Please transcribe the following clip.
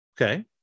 okay